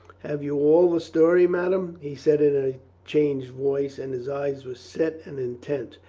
have you all the story, madame? he said in a changed voice, and his eyes were set and intent,